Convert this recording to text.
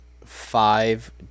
five